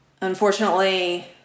Unfortunately